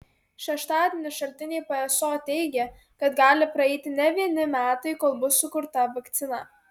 šeštadienį šaltiniai pso teigė kad gali praeiti ne vieni metai kol bus sukurta vakcina